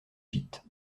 gîtes